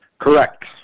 Correct